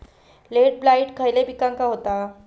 Late blight खयले पिकांका होता?